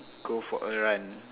go for a run